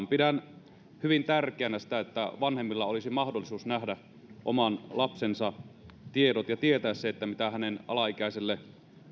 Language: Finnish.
pidän hyvin tärkeänä sitä että vanhemmilla olisi mahdollisuus nähdä oman lapsensa tiedot ja tietää se mitä hänen alaikäiselle